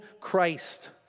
Christ